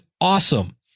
awesome